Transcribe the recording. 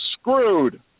screwed